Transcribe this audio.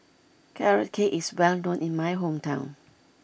Carrot Cake is well known in my hometown